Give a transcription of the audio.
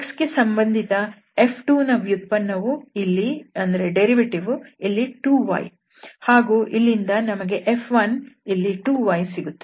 x ಸಂಬಂಧಿತ F2ನ ವ್ಯುತ್ಪನ್ನ ವು ಇಲ್ಲಿ 2 y ಹಾಗೂ ಇಲ್ಲಿಂದ ನಮಗೆ F1 ಇಲ್ಲಿ 2 y ಸಿಗುತ್ತದೆ